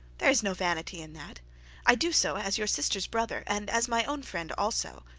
there is no vanity in that i do so as your sister's brother and as my own friend also